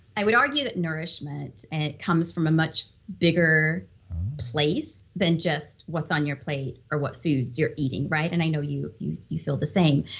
i would argue that nourishment and comes from a much bigger place than just what's on your plate, or what foods you're eating right? and i know you you feel the same